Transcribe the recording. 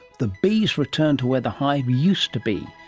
the bees return to where the hive used to be,